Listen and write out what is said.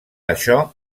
això